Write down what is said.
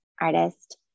artist